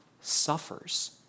suffers